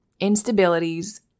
instabilities